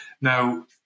Now